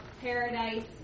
paradise